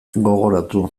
gogoratu